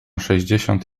sześćdziesiąt